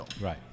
Right